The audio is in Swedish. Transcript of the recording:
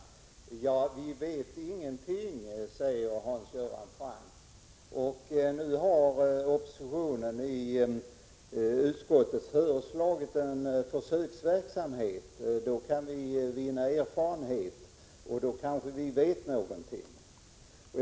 Herr talman! Vi vet ingenting, säger Hans Göran Franck. Nu har oppositionen i utskottet föreslagit en försöksverksamhet — av den kan vi vinna erfarenhet så att vi sedan vet någonting.